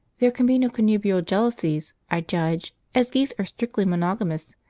there can be no connubial jealousies, i judge, as geese are strictly monogamous,